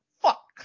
fuck